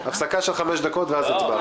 הפסקה של חמש דקות והצבעה.